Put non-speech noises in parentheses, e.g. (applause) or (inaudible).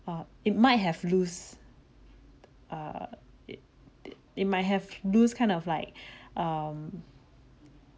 uh it might have lose err it it it might have lose kind of like (breath) um